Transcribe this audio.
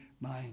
mind